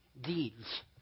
deeds